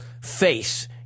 face